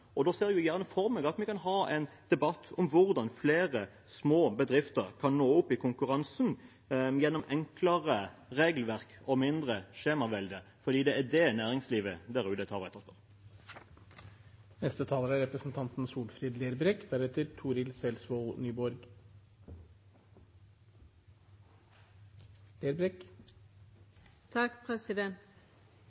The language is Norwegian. Da ser jeg for meg at vi kan ha en debatt om hvordan flere små bedrifter kan nå opp i konkurransen gjennom enklere regelverk og mindre skjemavelde, for det er det næringslivet der